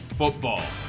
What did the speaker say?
football